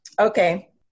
Okay